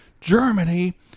Germany